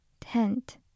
Tent